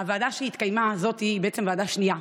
הוועדה שהתקיימה, זאת בעצם ועדה שנייה.